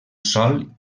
sòl